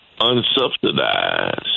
unsubsidized